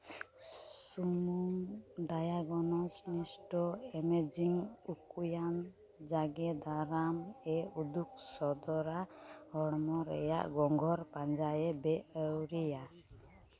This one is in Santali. ᱥᱩᱢᱩᱝ ᱰᱟᱭᱟᱜᱚᱱᱚᱥᱴ ᱱᱚᱥᱴᱚ ᱮᱢᱮᱡᱤᱝ ᱩᱠᱩᱭᱟᱝ ᱡᱟᱸᱜᱮ ᱫᱟᱨᱟᱢ ᱮ ᱩᱫᱩᱜ ᱥᱚᱫᱚᱨᱟ ᱦᱚᱲᱢᱳ ᱨᱮᱭᱟᱜ ᱜᱚᱝᱜᱷᱚᱨ ᱯᱟᱸᱡᱟᱭᱮ ᱵᱮ ᱟᱹᱣᱨᱤᱭᱟ